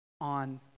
on